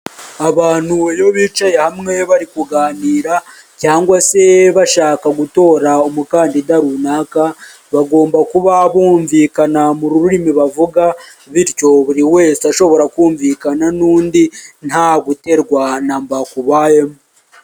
Abantu iyo bicaye hamwe bari kuganira cyangwa se bashaka gutora umukandida runaka, bagomba kuba bumvikana mu rurimi bavuga bityo buri wese ashobora kumvikana n'undi nta guterwa namba kubayemo.